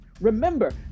remember